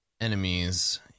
enemies